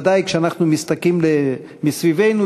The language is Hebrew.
ודאי כשאנחנו מסתכלים מסביבנו,